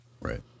Right